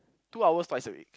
two hours twice a week